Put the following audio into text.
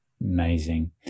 Amazing